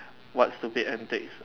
what stupid antics